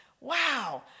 wow